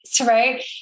right